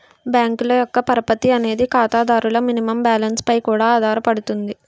బ్యాంకుల యొక్క పరపతి అనేది ఖాతాదారుల మినిమం బ్యాలెన్స్ పై కూడా ఆధారపడుతుంది